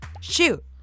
Shoot